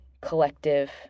collective